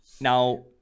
Now